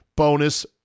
bonus